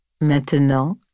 maintenant